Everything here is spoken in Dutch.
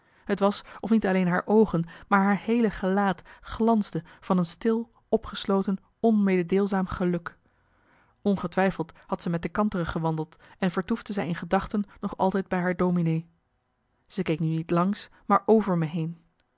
t was of niet alleen haar oogen maar haar heele gelaat glansde van een stil opgesloten onmededeelzaam geluk ongetwijfeld had zij met de kantere gewandeld en vertoefde zij in gedachten nog altijd bij haar dominee zij keek nu niet langs maar over me heen